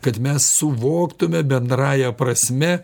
kad mes suvoktume bendrąja prasme